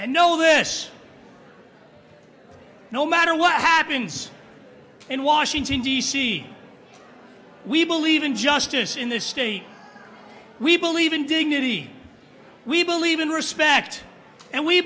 and know this no matter what happens in washington d c we believe in justice in this state we believe in dignity we believe in respect and we